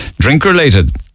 drink-related